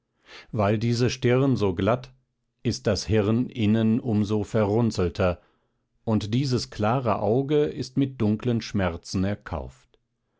weil diese stirn so glatt ist das hirn innen um so verrunzelter und dieses klare auge ist mit dunklen schmerzen erkauft